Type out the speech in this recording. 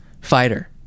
fighter